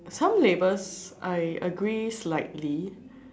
some labels I agrees slightly